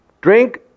Drink